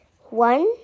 One